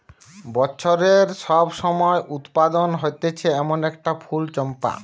বছরের সব সময় উৎপাদন হতিছে এমন একটা ফুল চম্পা